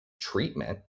treatment